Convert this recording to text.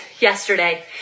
yesterday